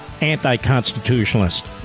anti-constitutionalist